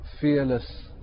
Fearless